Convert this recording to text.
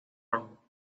rojo